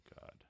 God